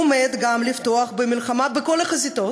עומד לפתוח במלחמה בכל החזיתות,